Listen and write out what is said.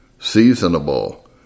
seasonable